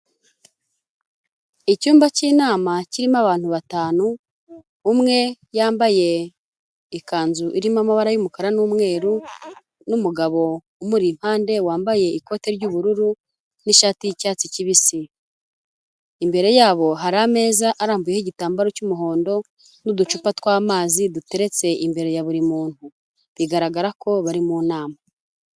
Icyumba k'inama kirimo abantu batanu, umwe yambaye ikanzu irimo amabara y'umukara n'umweru n'umugabo umuri impande wambaye ikote ry'ubururu n'ishati y'icyatsi kibisi. Imbere yabo hari ameza arambuyeho igitambaro cy'umuhondo n'uducupa tw'amazi duteretse imbere ya buri muntu, bigaragara ko bari mu nama.